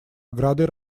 оградой